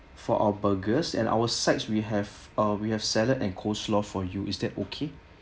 for our burgers and our sides we have uh we have salad and coleslaw for you is that okay